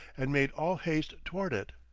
and made all haste toward it.